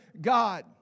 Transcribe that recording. God